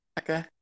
Okay